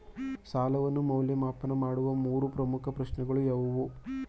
ಸಾಲವನ್ನು ಮೌಲ್ಯಮಾಪನ ಮಾಡುವ ಮೂರು ಪ್ರಮುಖ ಪ್ರಶ್ನೆಗಳು ಯಾವುವು?